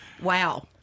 Wow